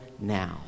now